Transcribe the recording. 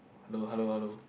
hello hello hello